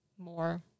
more